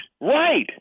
right